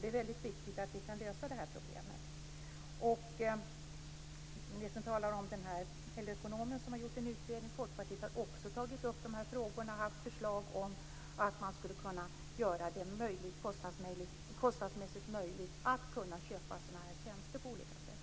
Det är viktigt att vi kan lösa det här problemet. Ministern talar om LO-ekonomen som har gjort en utredning. Folkpartiet har också tagit upp de här frågorna och haft förslag om att man skulle kunna göra det kostnadsmässigt möjligt att köpa sådana här tjänster på olika sätt.